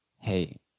hey